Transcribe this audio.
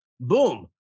boom